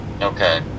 Okay